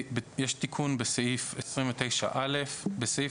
תיקון סעיף 29א 2. בסעיף